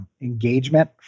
engagement